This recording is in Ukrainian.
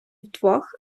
вдвох